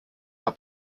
are